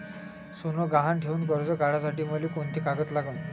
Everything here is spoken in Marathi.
सोनं गहान ठेऊन कर्ज काढासाठी मले कोंते कागद लागन?